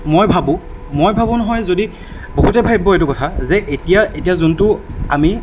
মই ভাবোঁ মই ভাবোঁ নহয় যদি বহুতে ভাবিব এইটো কথা যে এতিয়া এতিয়া যোনটো আমি